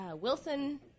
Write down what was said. Wilson